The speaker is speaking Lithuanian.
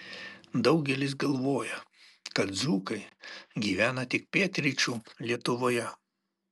daugelis galvoja kad dzūkai gyvena tik pietryčių lietuvoje